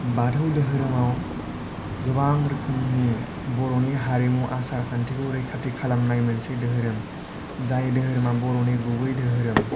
बाथौ धोरोमाव गोबां रोखोमनि बर'नि हारिमु आसार खान्थिखौ रैखाथि खालामनाय मोनसे धोरोम जाय धोरोमा बर'नि गुबै धोरोम